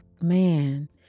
Man